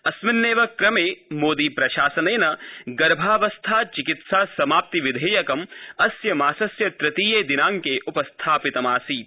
अस्मिन्नेव क्रमे मोदी प्रशासनेन गर्भावस्था चिकित्सा समाप्ति विधेयकं अस्य मासस्य तृतीयदिनांके उपस्थापितमासीत्